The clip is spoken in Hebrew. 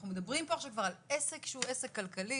אנחנו מדברים פה עכשיו כבר על עסק שהוא עסק כלכלי,